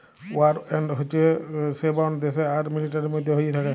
war bond হচ্যে সে bond দ্যাশ আর মিলিটারির মধ্যে হ্য়েয় থাক্যে